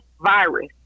virus